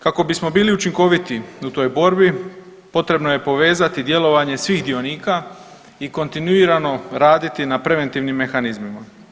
Kako bismo bili učinkoviti u toj borbi, potrebno je povezati djelovanje svih dionika i kontinuirano raditi na preventivnim mehanizmima.